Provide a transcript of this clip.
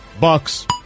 Bucks